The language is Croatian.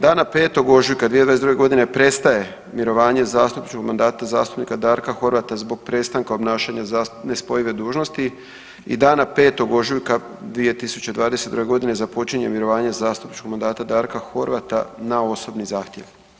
Dana 5. ožujka 2022. godine prestaje mirovanje zastupničkog mandata zastupnika Darka Horvata zbog prestanka obnašanja nespojive dužnosti i dana 5. ožujka 2022. godine započinje mirovanje zastupničkog mandata Darka Horvata na osobni zahtjev.